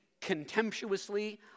contemptuously